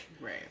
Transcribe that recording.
Right